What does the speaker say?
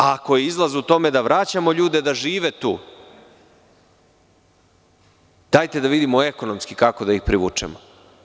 Ako je izlaz u tome da vraćamo ljude da tu žive, dajte da vidimo kako ekonomski da ih privučemo.